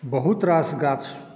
बहुत रास गाछ